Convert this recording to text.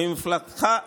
ומפלגתך כולה,